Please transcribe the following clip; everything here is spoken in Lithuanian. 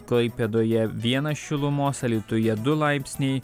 klaipėdoje vienas šilumos alytuje du laipsniai